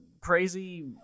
crazy